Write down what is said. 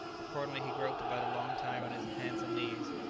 accordingly he groped about a long time on his hands and knees,